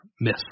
miss